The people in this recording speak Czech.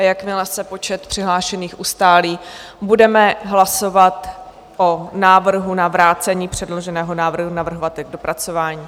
Jakmile se počet přihlášených ustálí, budeme hlasovat o návrhu na vrácení předloženého návrhu navrhovateli k dopracování.